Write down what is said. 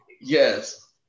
Yes